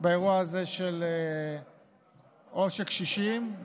באירוע הזה של עושק קשישים,